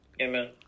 amen